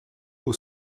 haut